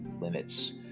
limits